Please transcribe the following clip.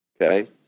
Okay